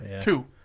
Two